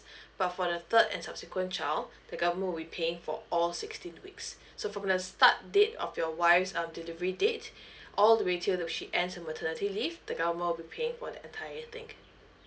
but for the third and subsequent child the government will be paying for all sixteen weeks so from the start date of your wife's um delivery date all the way till the she ends the maternity leave the government will be paying for that entire thing